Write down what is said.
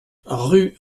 rue